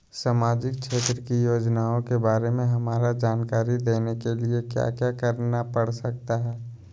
सामाजिक क्षेत्र की योजनाओं के बारे में हमरा जानकारी देने के लिए क्या क्या करना पड़ सकता है?